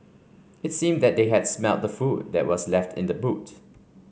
it seemed that they had smelt the food that were left in the boot